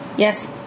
Yes